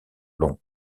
long